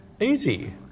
Easy